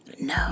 No